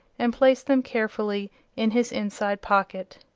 and placed them carefully in his inside pocket.